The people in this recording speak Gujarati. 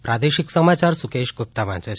પ્રાદેશિક સમાચાર સુકેશ્વ ગુપ્તા વાંચે છે